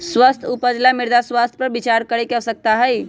स्वस्थ उपज ला मृदा स्वास्थ्य पर विचार करे के आवश्यकता हई